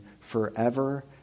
forever